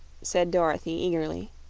said dorothy, eagerly.